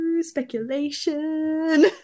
speculation